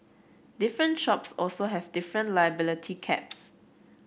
different shops also have different liability caps